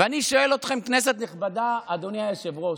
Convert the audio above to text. ואני שואל אתכם, כנסת נכבדה, אדוני היושב-ראש,